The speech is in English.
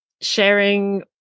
sharing